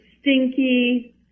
stinky